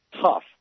tough